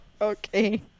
Okay